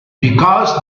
because